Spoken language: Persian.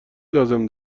لازم